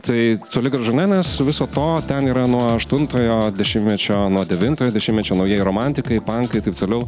tai toli gražu ne nes viso to ten yra nuo aštuntojo dešimtmečio nuo devintojo dešimtmečio naujieji romantikai pankai taip toliau